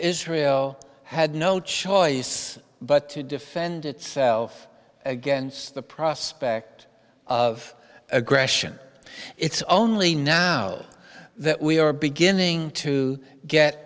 israel had no choice but to defend itself against the prospect of aggression it's only now that we are beginning to get